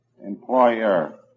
employer